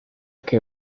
que